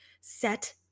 set